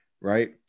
right